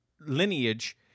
lineage